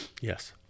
Yes